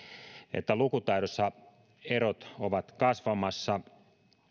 että lukutaidossa erot ovat kasvamassa